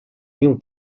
mil